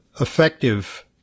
effective